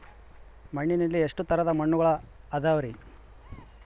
ಮಣ್ಣಿನಲ್ಲಿ ಎಷ್ಟು ತರದ ಮಣ್ಣುಗಳ ಅದವರಿ?